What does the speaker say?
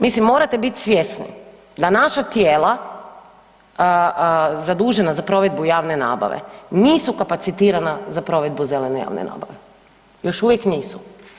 Mislim morate biti svjesni da naša tijela zadužena za provedbu javne nabave nisu kapacitirana za provedbu zelene javne nabave, još uvijek nisu.